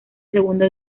segundo